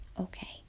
Okay